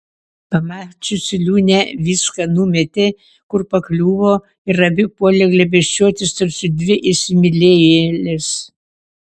pamačiusi liūnę viską numetė kur pakliuvo ir abi puolė glėbesčiuotis tarsi dvi įsimylėjėlės